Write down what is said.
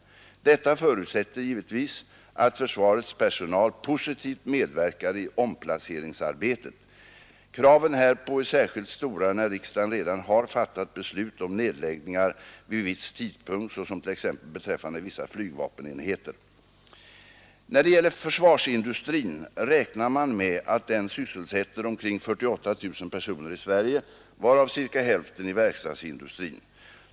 Detta förutsätter givetvis att försvarets personal positivt medverkar i omplaceringsarbetet. Kraven härpå är särskilt stora när riksdagen redan har fattat beslut om nedläggningar vid viss tidpunkt, När det gäller försvarsindustrin räknar man med att den sysselsätter omkring 48 000 personer i Sverige, varav cirka hälften i verkstadsindustrin.